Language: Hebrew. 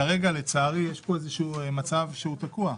כרגע לצערי יש פה מצב תקוע,